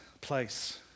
place